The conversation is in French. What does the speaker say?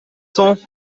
cents